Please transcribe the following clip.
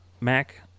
Mac